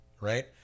right